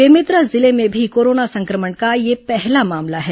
बेमेतरा जिले में भी कोरोना संक्रमण का यह पहला मामला है